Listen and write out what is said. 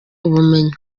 ubumenyi